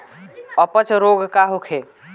अपच रोग का होखे?